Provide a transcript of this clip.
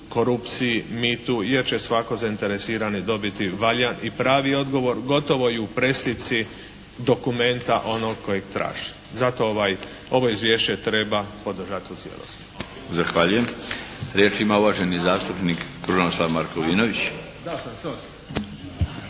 korupciji, mitu jer će svatko zainteresiran dobiti valjan i pravi odgovor gotovo i u preslici dokumenta onog kojeg traži. Zato ovo izvješće treba podržati u cijelosti. **Milinović, Darko (HDZ)** Zahvaljujem. Riječ ima uvaženi zastupnik Krunoslav Markovinović. **Markovinović,